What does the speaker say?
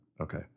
Okay